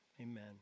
Amen